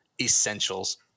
essentials